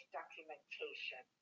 documentation